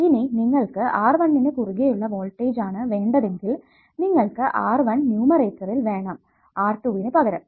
ഇനി നിങ്ങൾക്ക് R1 നു കുറുകെ ഉള്ള വോൾട്ടേജ് ആണ് വേണ്ടതെങ്കിൽ നിങ്ങൾക്ക് R1 ന്യൂമെറേറ്ററിൽ വേണം R2 നു പകരം